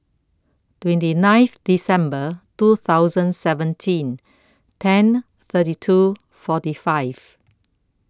twenty ninth December two thousand seventeen ten thirty two forty five